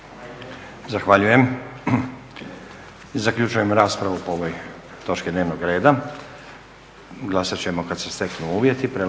Zahvaljujem. Zaključujem raspravu po ovoj točki dnevnog reda.